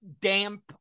damp